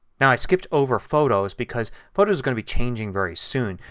now i skipped over photos because photos is going to be changing very soon.